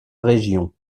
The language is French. région